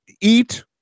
eat